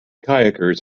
kayakers